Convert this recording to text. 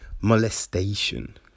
molestation